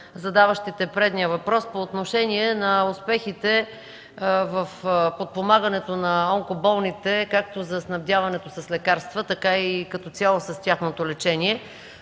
задаващите предния въпрос, по отношение на успехите в подпомагането на онкоболните, както за снабдяването с лекарства, така и като цялост от тяхното лечение.